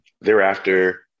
Thereafter